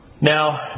Now